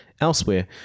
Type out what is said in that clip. elsewhere